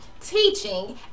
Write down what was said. teaching